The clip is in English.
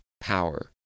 power